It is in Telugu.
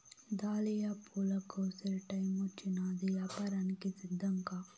దాలియా పూల కోసే టైమొచ్చినాది, యాపారానికి సిద్ధంకా